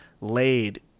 laid